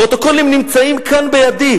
הפרוטוקולים נמצאים כאן בידי.